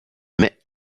mais